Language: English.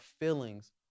feelings